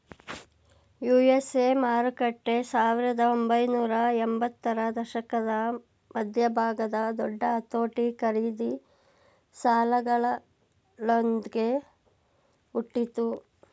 USA ಮಾರುಕಟ್ಟೆ ಸಾವಿರದ ಒಂಬೈನೂರ ಎಂಬತ್ತರ ದಶಕದ ಮಧ್ಯಭಾಗದ ದೊಡ್ಡ ಅತೋಟಿ ಖರೀದಿ ಸಾಲಗಳೊಂದ್ಗೆ ಹುಟ್ಟಿತು